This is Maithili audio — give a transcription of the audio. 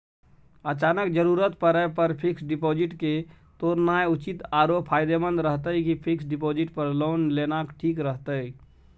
अचानक जरूरत परै पर फीक्स डिपॉजिट के तोरनाय उचित आरो फायदामंद रहतै कि फिक्स डिपॉजिट पर लोन लेनाय ठीक रहतै?